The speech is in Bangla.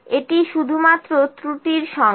এটি শুধুমাত্র ত্রুটির সংখ্যা